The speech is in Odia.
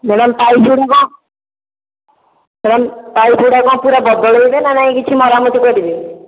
ମ୍ୟାଡ଼ାମ୍ ପାଇପ୍ଗୁଡ଼ାକ କ'ଣ ପାଇପ୍ଗୁଡ଼ାକ ପୂରା ବଦଳେଇବେ ନା ନାଇଁ କିଛି ମରାମତି କରିବେ